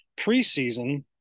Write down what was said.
preseason